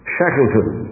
Shackleton